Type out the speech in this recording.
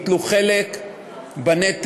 ייטלו חלק בנטל,